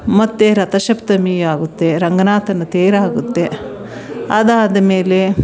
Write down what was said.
ಮತ್ತು ರಥಸಪ್ತಮಿ ಆಗುತ್ತೆ ರಂಗನಾಥನ ತೇರಾಗುತ್ತೆ ಅದು ಆದಮೇಲೆ